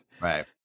Right